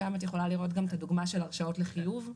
שם את יכולה לראות גם את הדוגמא של הרשאות לחיוב,